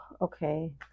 Okay